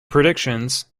predictions